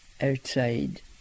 outside